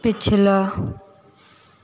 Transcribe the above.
पिछला